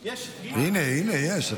הינה, הינה, יש.